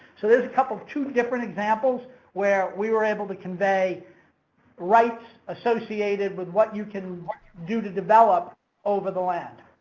so, there's a couple of two different examples where we were able to convey rights associated with what you can do to develop over the land.